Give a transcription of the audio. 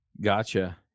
gotcha